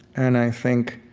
and i think